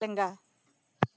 ᱞᱮᱝᱜᱟ